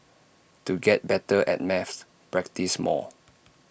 to get better at maths practise more